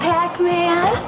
Pac-Man